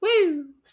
Woo